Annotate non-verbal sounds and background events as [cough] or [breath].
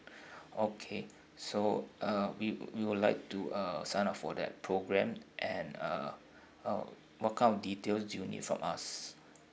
[breath] okay so uh we we would like to uh sign up for that program and uh uh what kind of details do you need from us